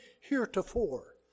heretofore